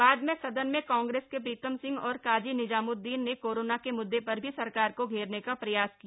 बाद में सदन में कांग्रेस के प्रीतम सिंह और काजी निजाम्द्दीन ने कोरोना के म्ददे पर भी सरकार को घेरने का प्रयास किया